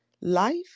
life